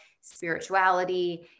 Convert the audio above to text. spirituality